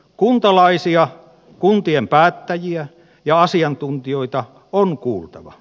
kuntalaisia kuntien päättäjiä ja asiantuntijoita on kuultava